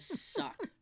suck